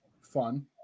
fun